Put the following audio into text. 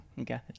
Okay